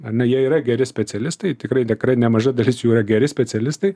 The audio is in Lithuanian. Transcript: ane jie yra geri specialistai tikrai tikrai nemaža dalis jų yra geri specialistai